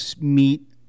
meet